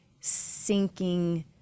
sinking